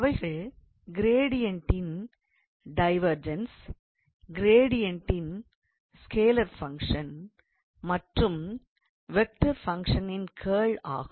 அவைகள் கிரேடியன்ட்டின் டைவெர்ஜன்ஸ் கிரேடியன்ட்டின் ஸ்கேலார் ஃபங்க்ஷன் மற்றும் வெக்டார் ஃபங்க்ஷன் கர்ல் ஆகும்